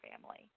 family